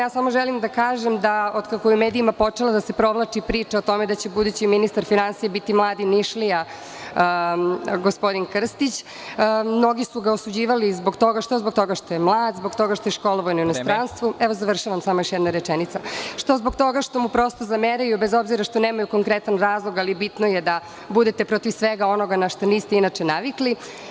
Samo želim da kažem da od kako je u medijima počela da se provlači priča o tome da će budući ministar finansija biti mladi Nišlija, gospodin Krstić, mnogi su ga osuđivali što zbog toga što je mlad, zbog toga što je školovan u inostranstvu, što zbog toga što mu prosto zameraju, bez obzira što nemaju konkretan razlog, ali bitno je da budete protiv svega onoga na šta niste inače navikli.